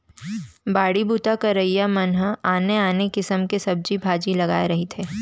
बाड़ी बूता करइया मन ह आने आने किसम के सब्जी भाजी लगाए रहिथे